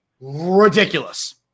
ridiculous